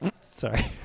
Sorry